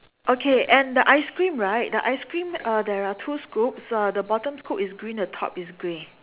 okay and the ice cream right the ice cream uh there are two scoops uh the bottom is green and the top is grey